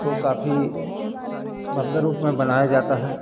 को काफ़ी भव्य रूप में बनाया जाता है